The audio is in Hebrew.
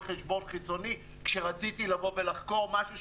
חשבון חיצוני כשרציתי לבוא ולחקור משהו.